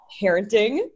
parenting